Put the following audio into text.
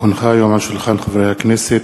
לוועדת העבודה,